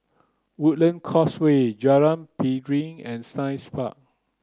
Woodland Causeway Jalan Piring and Science Park